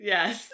Yes